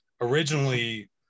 originally